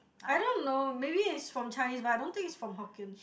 I don't know maybe is from Chinese but I don't think is from Hokkien